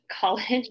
college